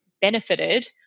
benefited